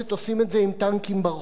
עושים את זה עם טנקים ברחובות.